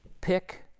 pick